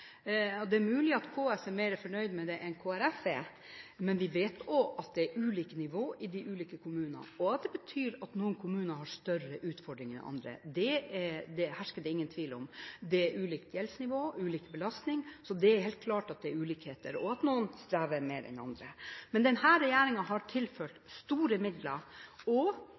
det. Det er mulig at KS er mer fornøyd med det enn Kristelig Folkeparti er. Vi vet at det er ulike nivåer i de ulike kommunene, og at det betyr at noen kommuner har større utfordringer enn andre. Det hersker det ingen tvil om. Det er ulikt gjeldsnivå og ulik belastning. Det er helt klart at det er ulikheter, og at noen strever mer enn andre. Men denne regjeringen har tilført store midler, og